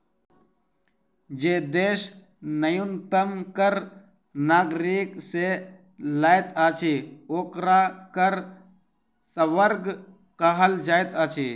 जे देश न्यूनतम कर नागरिक से लैत अछि, ओकरा कर स्वर्ग कहल जाइत अछि